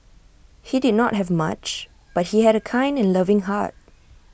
he did not have much but he had A kind and loving heart